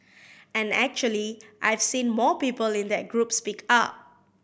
and actually I've seen more people in that group speak up